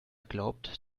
glaubt